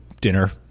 dinner